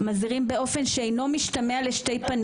ככה שאם לא נעצור את הדבר